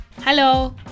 Hello